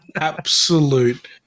absolute